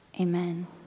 Amen